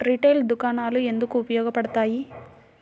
Retail దుకాణాలు ఎందుకు ఉపయోగ పడతాయి?